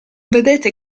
vedete